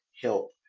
help